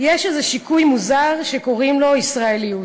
"יש איזה שיקוי מוזר שקוראים לו ישראליות,